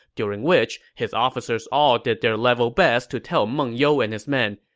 during which his officers all did their level best to tell meng you and his men,